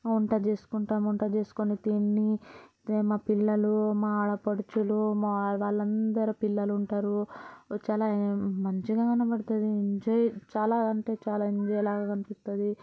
వంట చేసుకుంటాం వంట చేసుకుని తిని మా పిల్లలు మా ఆడపడుచులు మావయ్య వాళ్ళు అందరు పిల్లలు ఉంటారు చాలా మంచిగా కనపడుతుంది చెయ్యి చాలా అంటే చాలా ఎంజాయ్ లాగా అనిపిస్తుంది